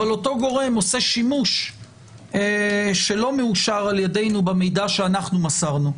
אבל אותו גורם עושה שימוש שלא מאושר על ידינו במידע שאנחנו מסרנו.